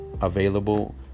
available